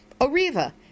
Oriva